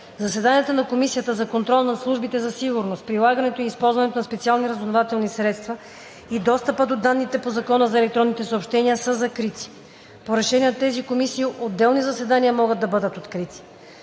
Заседанията на Комисията за контрол над службите за сигурност, прилагането и използването на специалните разузнавателни средства и достъпа до данните по Закона за електронните съобщения са закрити. По решение на тази комисия отделни заседания могат да бъдат открити.